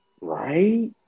Right